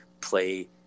play